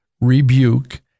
rebuke